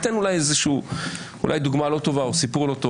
אני אתן אולי דוגמה לא טובה או סיפור לא טוב